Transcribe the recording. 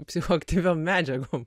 psichoaktyviom medžiagom